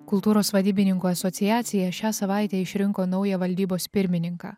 kultūros vadybininkų asociacija šią savaitę išrinko naują valdybos pirmininką